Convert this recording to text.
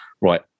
right